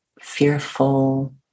fearful